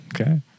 Okay